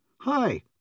Hi